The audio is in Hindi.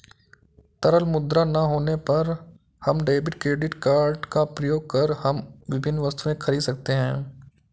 तरल मुद्रा ना होने पर हम डेबिट क्रेडिट कार्ड का प्रयोग कर हम विभिन्न वस्तुएँ खरीद सकते हैं